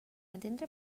entendre